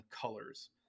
Colors